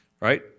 right